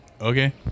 okay